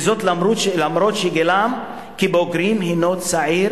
וזאת אף-על-פי שגילם כבוגרים הינו צעיר